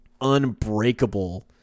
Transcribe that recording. unbreakable